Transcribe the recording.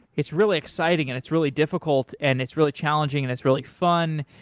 it's really exciting and it's really difficult and it's really challenging and it's really fun.